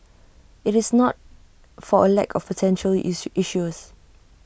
IT is not for A lack of potential issuer issuers